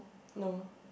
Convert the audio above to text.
no